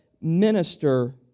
minister